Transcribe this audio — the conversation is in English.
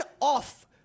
off